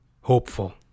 hopeful